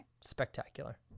spectacular